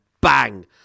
bang